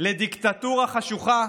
לדיקטטורה חשוכה.